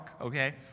okay